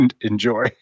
enjoy